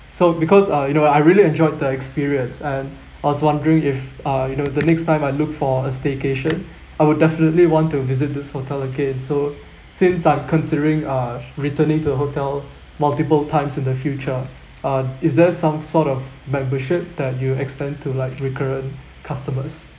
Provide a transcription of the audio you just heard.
so because ah you know I really enjoyed the experience and I was wondering if uh you know the next time I look for a staycation I would definitely want to visit this hotel again so since I'm considering uh returning to the hotel multiple times in the future uh is there some sort of membership that you extend to like recurrent customers